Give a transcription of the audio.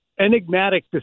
enigmatic